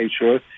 sure